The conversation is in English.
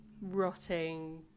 rotting